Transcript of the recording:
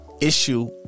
issue